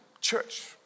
church